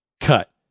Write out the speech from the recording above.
Cut